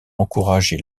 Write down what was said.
encouragé